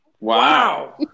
Wow